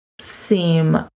seem